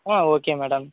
okay madam